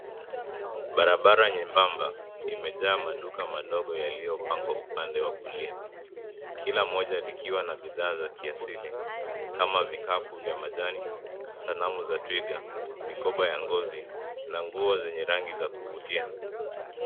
Brabara nyembamba imejaa maduka madogo yaliyopangwa upande wa kulia. Kila moja likiwa na bidhaa za kiasili kama vikapu vya majani, sanamu za twiga, mikoba ya ngozi na nguo zenye rangi za kuvutia.